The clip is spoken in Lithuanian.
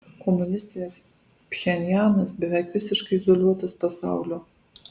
komunistinis pchenjanas beveik visiškai izoliuotas pasaulio